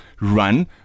run